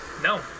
No